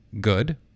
good